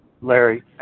Larry